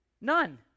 None